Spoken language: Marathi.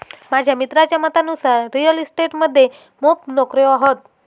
माझ्या मित्राच्या मतानुसार रिअल इस्टेट मध्ये मोप नोकर्यो हत